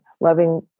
loving